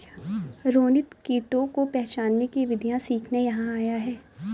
रोनित कीटों को पहचानने की विधियाँ सीखने यहाँ आया है